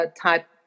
type